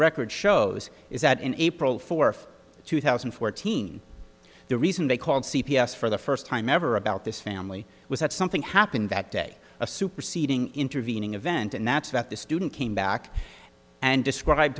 record shows is that in april fourth two thousand and fourteen the reason they called c p s for the first time ever about this family was that something happened that day a superseding intervening event and that's that the student came back and describe